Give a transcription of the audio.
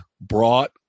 brought